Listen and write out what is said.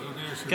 אדוני היושב-ראש?